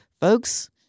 folks